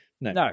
No